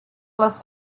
les